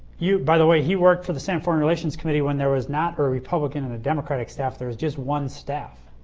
by the way he worked for the same foreign relations committee when there was not a republican and democratic staff there was just one staff.